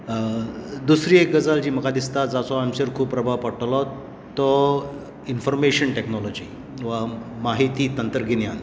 दुसरी एक गजाल जी म्हाका दिसता जाचो आमचेर खूब प्रभाव पडटलो तो इनफोर्मेशन टॅक्नोलॉजी वा म्हायती तंत्रगिन्यान